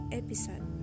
episode